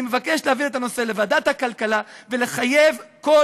אני מבקש להעביר את הנושא לוועדת הכלכלה ולחייב כל